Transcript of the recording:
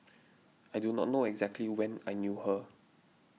I do not know exactly when I knew her